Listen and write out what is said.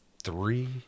Three